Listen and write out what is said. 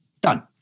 Done